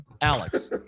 Alex